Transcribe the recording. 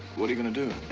what are you going to do?